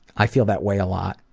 i feel that way a lot.